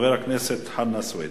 חבר הכנסת חנא סוייד,